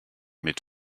mit